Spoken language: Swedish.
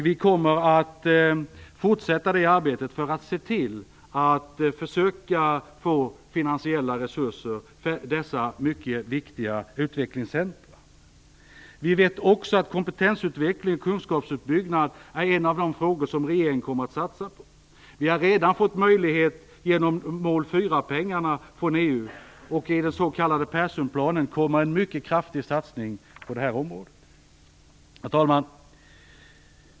Vi kommer att fortsätta det arbetet för att se till att försöka få finansiella resurser till dessa mycket viktiga utvecklingscentrum. Vi vet också att kompetensutveckling och kunskapsutbyggnad är en av de frågor som regeringen kommer att satsa på. Vi har redan fått möjlighet genom mål 4-pengarna från EU. I den s.k. Perssonplanen kommer en mycket kraftig satsning på detta område. Herr talman!